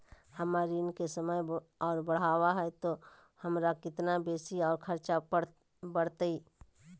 हमर ऋण के समय और बढ़ाना है तो हमरा कितना बेसी और खर्चा बड़तैय?